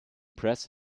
press